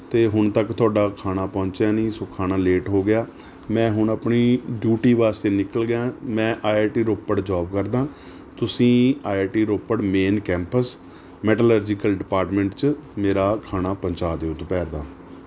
ਅਤੇ ਹੁਣ ਤੱਕ ਤੁਹਾਡਾ ਖਾਣਾ ਪਹੁੰਚਿਆ ਨਹੀਂ ਸੌ ਖਾਣਾ ਲੇਟ ਹੋ ਗਿਆ ਮੈਂ ਹੁਣ ਆਪਣੀ ਡਿਊਟੀ ਵਾਸਤੇ ਨਿਕਲ ਗਿਆ ਮੈਂ I I T Ropar job ਕਰਦਾ ਤੁਸੀਂ I I T Ropar main campus metallurgical department 'ਚ ਮੇਰਾ ਖਾਣਾ ਪਹੁੰਚਾ ਦਿਉ ਦੁਪਹਿਰ ਦਾ